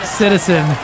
citizen